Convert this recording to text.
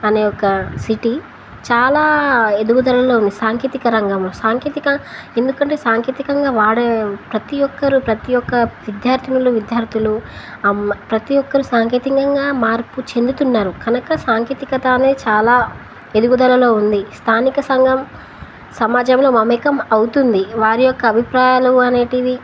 అనే ఒక సిటీ చాలా ఎదుగుదలలో ఉంది సాంకేతిక రంగంలో సాంకేతిక ఎందుకంటే సాంకేతికంగా వాడే ప్రతి ఒక్కరు ప్రతి ఒక్క విద్యార్థులు విద్యార్థులు అమ్మ ప్రతి ఒక్కరు సాంకేతికంగా మార్పు చెందుతున్నారు కనుక సాంకేతికత అనే చాలా ఎదుగుదలలో ఉంది స్థానిక సంఘం సమాజంలో మమేకం అవుతుంది వారి యొక్క అభిప్రాయాలు అనేటివి